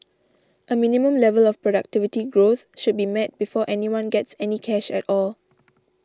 a minimum level of productivity growth should be met before anyone gets any cash at all